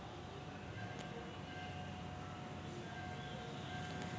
सहाशे संत्र्याच्या झाडायले खत किती घ्याव?